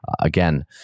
again